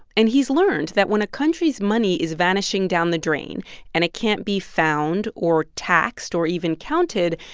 and he's learned that when a country's money is vanishing down the drain and it can't be found or taxed or even counted,